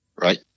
right